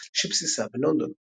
בגולה, שבסיסה בלונדון.